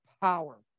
power